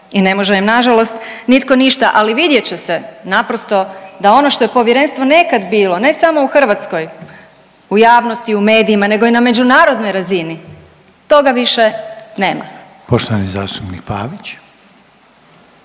i ne može im na žalost nitko ništa. Ali vidjet će se naprosto da ono što je Povjerenstvo nekada bilo ne samo u hrvatskoj javnosti, u medijima, nego i na međunarodnoj razini toga više nema. **Reiner,